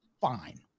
fine